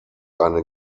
eine